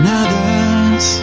others